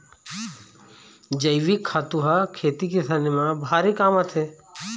जइविक खातू ह खेती किसानी म भारी काम आथे